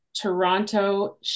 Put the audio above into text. Toronto